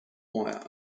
wire